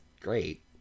great